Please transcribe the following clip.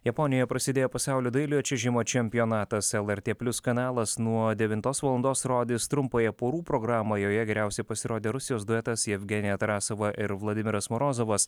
japonijoje prasidėjo pasaulio dailiojo čiuožimo čempionatas lrt plius kanalas nuo devintos valandos rodys trumpąją porų programą joje geriausiai pasirodė rusijos duetas jevgenija tarasova ir vladimiras morozovas